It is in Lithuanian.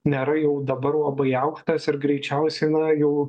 nėra jau dabar labai aukštas ir greičiausiai na jau